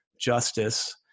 justice